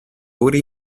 ore